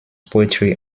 poetry